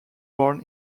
born